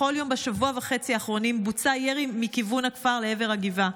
בכל יום בשבוע וחצי האחרונים בוצע ירי מכיוון הכפר לעבר הגבעה,